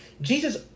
Jesus